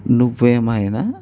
నువ్వు ఏమైనా